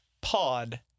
Pod